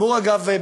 אגב,